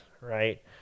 right